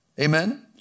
Amen